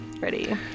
Ready